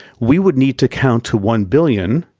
we would need to count to one billion,